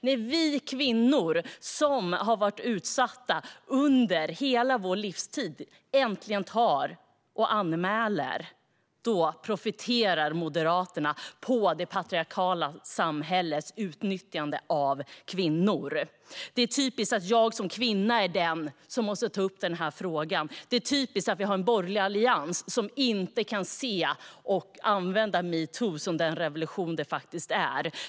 När vi kvinnor, som har varit utsatta under hela vår livstid, äntligen anmäler profiterar Moderaterna på det patriarkala samhällets utnyttjande av kvinnor. Det är typiskt att jag som kvinna är den som måste ta upp denna fråga. Det är typiskt att vi har en borgerlig allians som inte kan se och använda metoo som den revolution det faktiskt är.